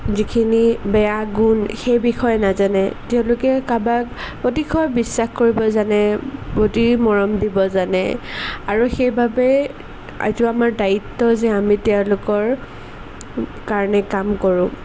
যিখিনি বেয়া গুণ সেই বিষয়ে নাজানে তেওঁলোকে কাৰোবাক অতিশয় বিশ্বাস কৰিব জানে অতি মৰম দিব জানে আৰু সেইবাবে এইটো আমাৰ দায়িত্ব যে আমি তেওঁলোকৰ কাৰণে কাম কৰোঁ